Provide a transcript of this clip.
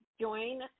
join